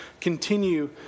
continue